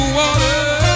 water